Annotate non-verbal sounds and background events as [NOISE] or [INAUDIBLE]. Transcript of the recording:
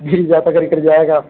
बीस हज़ार तक [UNINTELLIGIBLE] जाएगा